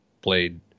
played